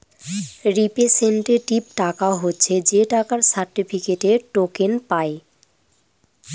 representative টাকা হচ্ছে যে টাকার সার্টিফিকেটে, টোকেন পায়